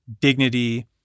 dignity